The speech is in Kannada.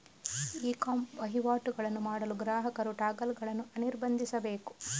ಇ ಕಾಮ್ ವಹಿವಾಟುಗಳನ್ನು ಮಾಡಲು ಗ್ರಾಹಕರು ಟಾಗಲ್ ಗಳನ್ನು ಅನಿರ್ಬಂಧಿಸಬೇಕು